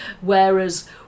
Whereas